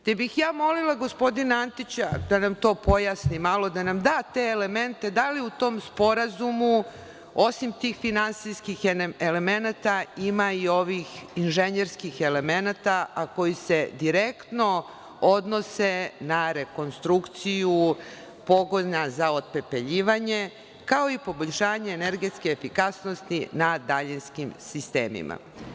Stoga bih ja molila gospodina Antića da nam to pojasni malo, da nam da te elemente, da li u tom sporazumu, osim tih finansijski elemenata, ima i ovih inženjerskih elemenata, a koji se direktno odnose na rekonstrukciju pogona za otpepeljivanje, kao i poboljšanje energetske efikasnosti na daljinskim sistemima?